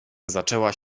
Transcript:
zaczęła